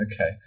Okay